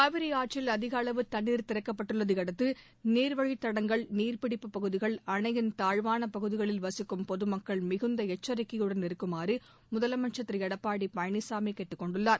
காவிரி ஆற்றில் அதிக அளவு தண்ணீர் திறக்கப்பட்டுள்ளதையடுத்து நீர்வழித் தடங்கள் நீர்பிடிப்பு பகுதிகள் அணையின் தாழ்வான பகுதிகளில் வசிக்கும் பொது மக்கள் மிகுந்த எச்சரிக்கையுடன் இருக்குமாறு முதலமைச்சர் திரு எடப்பாடி பழனிசாமி கேட்டுக்கொண்டுள்ளார்